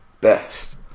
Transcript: Best